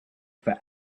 for